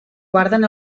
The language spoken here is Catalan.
guarden